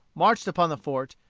marched upon the fort,